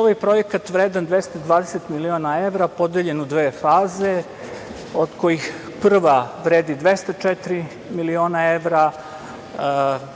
Ovaj projekat vredan 220 miliona evra podeljen je u dve faze, od kojih prva vredi 204 miliona evra.